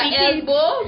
elbow